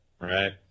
right